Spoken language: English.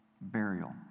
burial